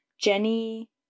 Jenny